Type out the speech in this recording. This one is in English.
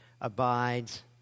Abides